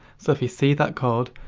so if you see that code,